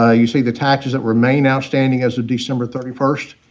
ah you see the taxes that remain outstanding as of december thirty first.